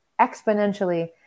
exponentially